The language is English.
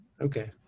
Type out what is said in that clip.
okay